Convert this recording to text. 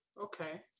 Okay